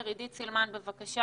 עידית סימן, בבקשה.